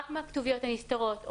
רק מהכתוביות הנסתרות,